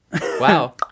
Wow